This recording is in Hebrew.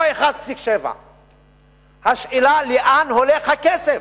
או 1.7%. השאלה היא לאן הולך הכסף.